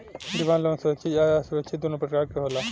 demand loan सुरक्षित चाहे असुरक्षित दुनो प्रकार के होला